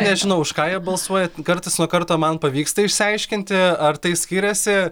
nežinau už ką jie balsuoja kartas nuo karto man pavyksta išsiaiškinti ar tai skiriasi